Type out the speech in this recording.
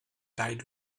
died